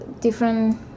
different